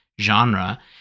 genre